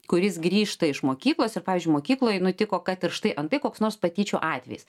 kuris grįžta iš mokyklos ir pavyzdžiui mokykloj nutiko kad ir štai antai koks nors patyčių atvejis